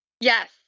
Yes